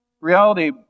Reality